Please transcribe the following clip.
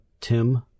Tim